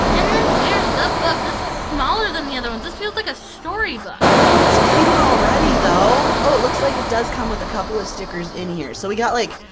and then here's the book. this is smaller than the other ones this feels like a story book. oh, its cute already though! oh, it looks like it does come with a couple of stickers in here. so we got, like,